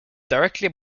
directly